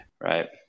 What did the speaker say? Right